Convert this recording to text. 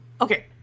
okay